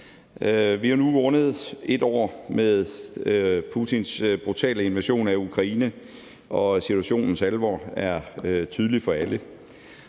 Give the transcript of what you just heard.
Vi har nu rundet et år med Putins brutale invasion af Ukraine, og situationens alvor er tydelig for alle.